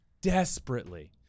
Desperately